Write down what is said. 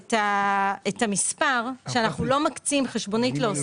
את המספר, כשאנחנו לא מקצים חשבונית לעוסק,